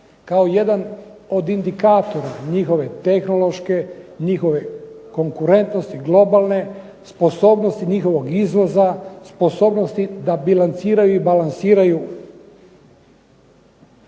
kao jedan od indikatore njihove tehnološke, njihove konkurentnosti globalne, sposobnosti njihovog izvoza, sposobnosti da bilanciraju i balansiraju